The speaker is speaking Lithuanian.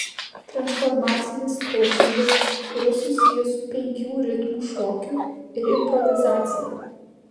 transformacinis koučingas yra susijęs su penkių ritmų šokiu ir improvizacija